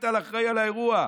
החליטה על אחראי לאירוע,